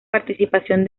participación